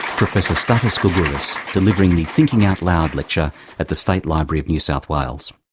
professor stathis gourgouris, delivering the thinking out loud lecture at the state library of new south wales.